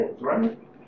right